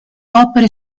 opere